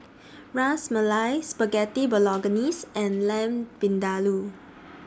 Ras Malai Spaghetti Bolognese and Lamb Vindaloo